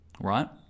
Right